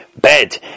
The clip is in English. bed